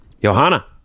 johanna